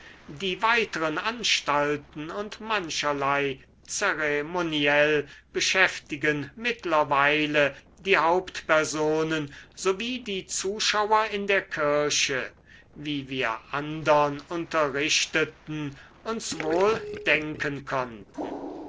die weiteren anstalten und mancherlei zeremoniell beschäftigen mittlerweile die hauptpersonen sowie die zuschauer in der kirche wie wir andern unterrichteten uns wohl denken konnten